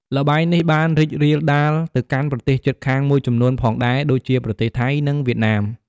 ល្បែងនេះបានរីករាលដាលទៅកាន់ប្រទេសជិតខាងមួយចំនួនផងដែរដូចជាប្រទេសថៃ និងវៀតណាម។